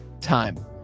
time